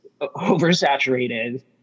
oversaturated